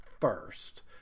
first